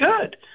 good